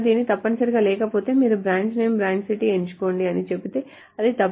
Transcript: ఇది తప్పనిసరి లేకపోతే మీరు బ్రాంచ్ నేమ్ బ్రాంచ్ సిటీని ఎంచుకోండి అని చెబితే అది తప్పు